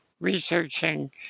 researching